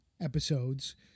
episodes